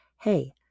hey